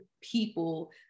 people